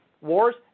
wars